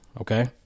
okay